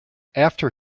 after